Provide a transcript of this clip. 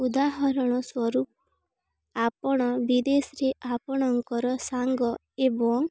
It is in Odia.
ଉଦାହରଣ ସ୍ୱରୂପ ଆପଣ ବିଦେଶରେ ଆପଣଙ୍କର ସାଙ୍ଗ ଏବଂ